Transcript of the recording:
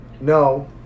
No